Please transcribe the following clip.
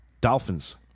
Dolphins